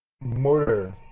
Mortar